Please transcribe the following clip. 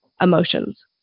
emotions